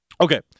Okay